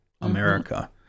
America